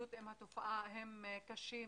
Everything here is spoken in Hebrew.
ההתמודדות עם התופעה הם קשים